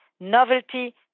novelty